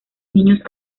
niños